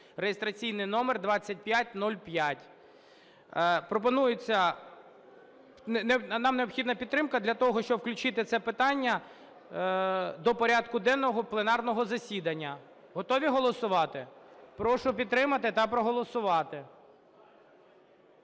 (реєстраційний номер 2505). Пропонується… Нам необхідна підтримка для того, щоб включити це питання до порядку денного пленарного засідання. Готові голосувати? Прошу підтримати та проголосувати.